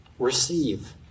Receive